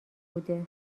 بوده